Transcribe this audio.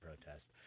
protest